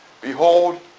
Behold